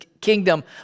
kingdom